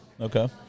Okay